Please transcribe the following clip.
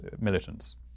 militants